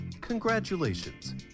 Congratulations